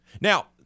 Now